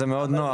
זה מאוד נוח.